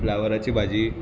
फ्लावराची भाजी